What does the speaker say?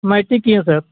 matric کیے ہیں سر